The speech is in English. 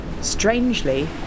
strangely